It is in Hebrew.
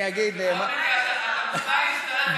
הבמה היא שלך.